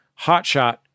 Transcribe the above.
Hotshot